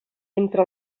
entre